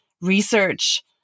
research